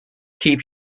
keep